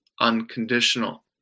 unconditional